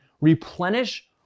replenish